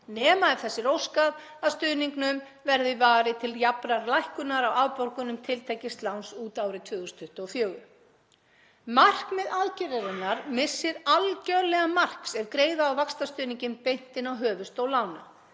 nema ef þess er óskað að stuðningnum verði varið til jafnrar lækkunar á afborgunum tiltekins láns út árið 2024. Markmið aðgerðarinnar missir algjörlega marks ef greiða á vaxtastuðninginn beint inn á höfuðstól lána.